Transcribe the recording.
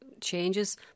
changes